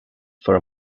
for